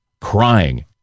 crying